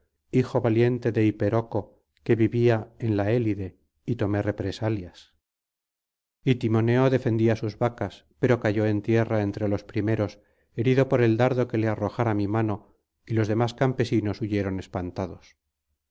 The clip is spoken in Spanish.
hijo valiente de hipéroco que vivía en la elide y tomé represalias itimoneo defendía sus vacas pero cayó en tierra entre los primeros herido por el dardo que le arrojara mi mano y los demás campesinos huyeron espantados